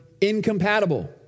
incompatible